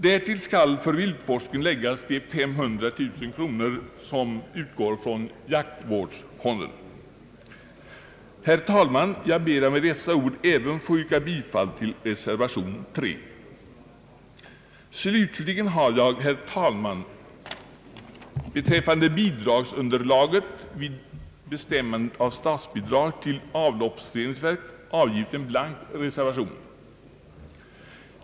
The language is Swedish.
Därtill skall för viltforskningen läggas de 500 000 kronor som utgår från jaktvårdsfonden. Herr talman! Jag ber med dessa ord även få yrka bifall till reservation 3. Slutligen har jag beträffande bidragsunderlaget vid bestämmandet av statsbidrag till avloppsreningsverk avgivit en blank reservation.